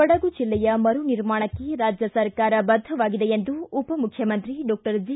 ಕೊಡಗು ಜಿಲ್ಲೆಯ ಮರು ನಿರ್ಮಾಣಕ್ಕೆ ರಾಜ್ಯ ಸರ್ಕಾರ ಬದ್ದವಾಗಿದೆ ಎಂದು ಉಪಮುಖ್ಯಮಂತ್ರಿ ಡಾಕ್ಸರ್ ಜಿ